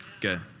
good